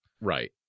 Right